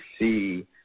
see